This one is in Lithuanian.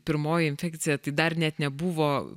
pirmoji infekcija tai dar net nebuvo